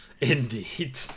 Indeed